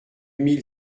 mille